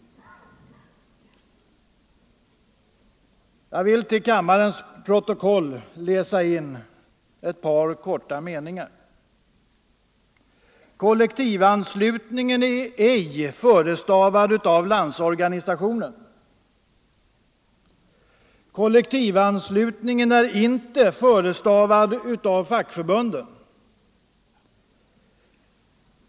Jag vill till kammarens protokoll läsa in några korta meningar. Kollektivanslutningen är ej förestavad av Landsorganisationen. Kollektivanslutningen är inte förestavad av fackförbunden.